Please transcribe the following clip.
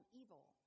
evil